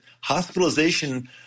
hospitalization